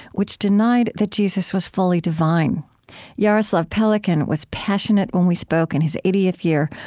which denied that jesus was fully divine jaroslav pelikan was passionate when we spoke in his eightieth year,